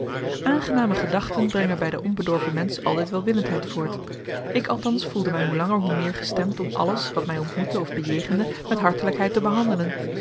aangename gedachten brengen bij den onbedorven mensch altijd welwillendheid voort ik althans voelde mij hoe langer hoe meer gestemd om alles wat mij ontmoette of bejegende met hartelijkheid te behandelen